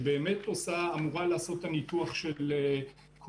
שבאמת אמורה לעשות את הניתוח של כל